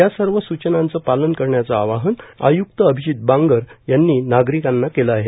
या सव सूचनांचं पालन करण्याचं आवाहन आय्रक्त र्आभजीत बांगर यांनी नार्गारकांना केलं आहे